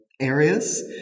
areas